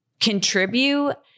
contribute